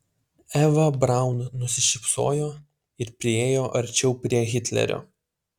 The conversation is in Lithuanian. eva braun nusišypsojo ir priėjo arčiau prie hitlerio